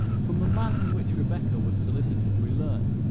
from the manner in which rebecca was solicited, we learn,